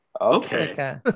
Okay